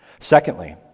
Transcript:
Secondly